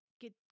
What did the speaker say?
get